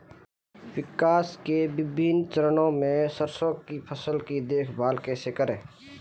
विकास के विभिन्न चरणों में सरसों की फसल की देखभाल कैसे करें?